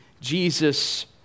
Jesus